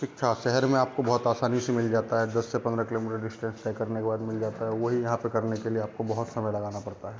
शिक्षा शहर में आपको बहुत आसानी से मिल जाता है दस से पंद्रह किलोमीटर डिस्टेंस तय करने के बाद मिल जाता है वही यहाँ पर करने के लिए आपको बहुत समय लगाना पड़ता है